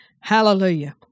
Hallelujah